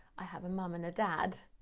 i have a mum and a dad.